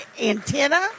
antenna